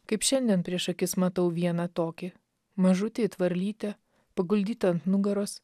kaip šiandien prieš akis matau vieną tokį mažutį it varlytę paguldytą ant nugaros